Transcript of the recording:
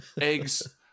eggs